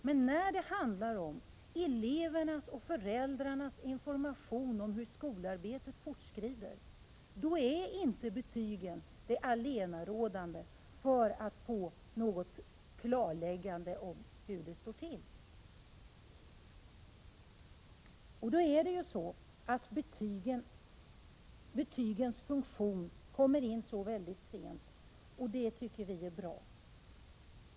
Men när det handlar om elevernas och föräldrarnas information om hur skolarbetet fortskrider är inte betygen det allenarådande för att få ett klarläggande om hur det står till. Betygens funktion kommer in sent, och det tycker vi är bra.